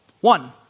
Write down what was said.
One